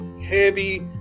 heavy